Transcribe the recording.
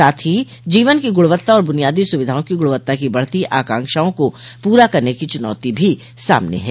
साथ ही जीवन की गुणवत्ता और बुनियादी सुविधाओं की गुणवत्ता की बढ़ती आकांक्षाओं को पूरा करने की चुनौती भी सामने है